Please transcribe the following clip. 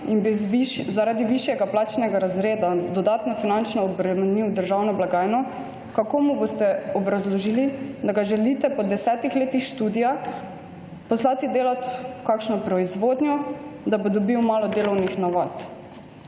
bi zaradi višjega plačnega razreda dodatno finančno obremenil državno blagajno, kako mu boste obrazložili, da ga želite po desetih letih študija poslati delat v kakšno proizvodnjo, da bo dobil malo delovnih navad?